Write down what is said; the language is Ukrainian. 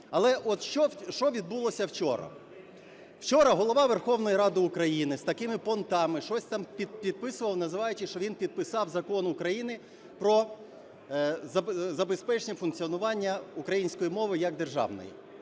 Але от що відбулося вчора. Вчора Голова Верховної Ради України з такими "понтами", щось там підписував, називаючи, що він підписав Закон України "Про забезпечення функціонування української мови як державної".